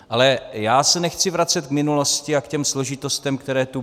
Ale já se nechci vracet k minulosti a těm složitostem, které tu byly.